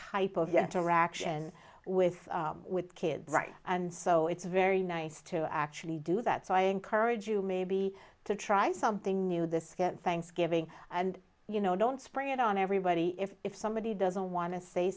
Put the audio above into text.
type of your interaction with with kids right and so it's very nice to actually do that so i encourage you maybe to try something new this thanksgiving and you know don't spray it on everybody if somebody doesn't want to say